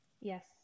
Yes